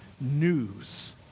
news